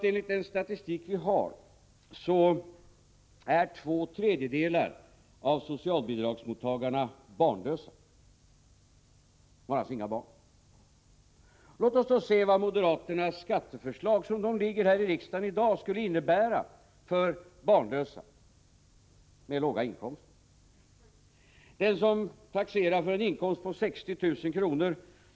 Enligt den statistik vi har är två tredjedelar av socialbidragstagarna barnlösa. Låt oss då se vad moderaternas skatteförslag i riksdagen i dag skulle innebära för barnlösa med låga inkomster. Den som taxerar för en inkomst på 60 000 kr.